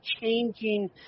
changing